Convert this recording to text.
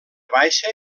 baixa